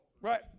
Right